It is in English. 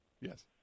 yes